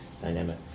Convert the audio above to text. dynamic